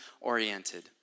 oriented